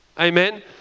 amen